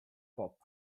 pop